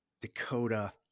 Dakota